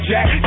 Jack